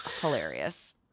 hilarious